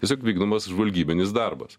tiesiog vykdomas žvalgybinis darbas